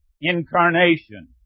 Incarnation